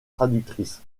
traductrice